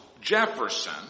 Jefferson